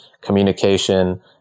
communication